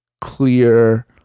clear